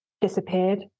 disappeared